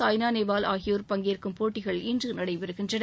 சாய்னா நேவால் ஆகியோர் பங்கேற்கும் போட்டிகள் இன்று நடைபெறுகின்றன